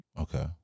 Okay